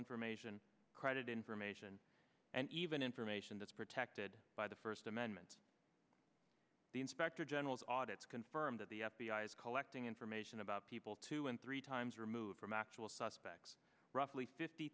information credit information and even information that's protected by the first amendment the inspector general's audit to confirm that the f b i is collecting information about people two and three times removed from actual suspects roughly fifty